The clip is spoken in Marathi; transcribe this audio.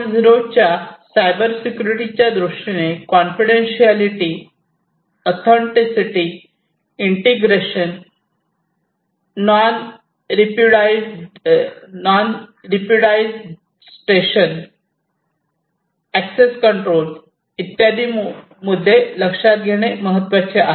0 च्या सायबर सेक्युरिटी च्या दृष्टीने confidentiality authenticity integration non repudiation access control इत्यादी मुद्दे लक्षात घेणे महत्त्वाचे आहे